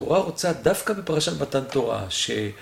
התורה רוצה דווקא בפרשת מתן תורה ש...